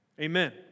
Amen